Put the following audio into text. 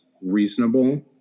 reasonable